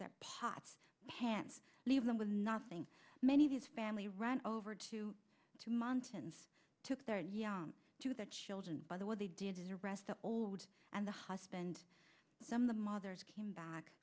their pots pans leave them with nothing many of his family run over to two mountains took their young to their children by the what they did is arrest the old and the husband some of the mothers came back